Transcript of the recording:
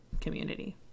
community